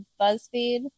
BuzzFeed